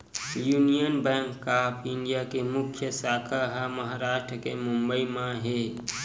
union Bank of India के मुख्य साखा ह महारास्ट के बंबई म हे